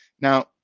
Now